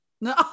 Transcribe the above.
no